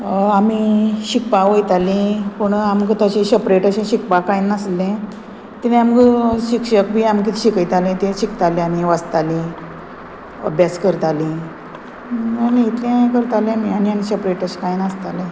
आमी शिकपा वयताली पूण आमकां तशें सेपरेट अशें शिकपाक कांय नासलें तेणे आमकां शिक्षक बी आमकां शिकयतालें तें शिकतालीं आनी वाचतालीं अभ्यास करतालीं आनी इतलें हें करतालीं आमी आनी आनी सेपरेट तशें कांय नासतालें